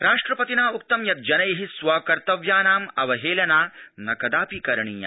राष्ट्रपतिना उक्तं यत् जनै स्व कर्तव्यानाम् अवहेलना न कदापि करणीया